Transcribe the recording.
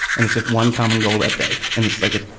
and it's just one common goal that day and it's like it.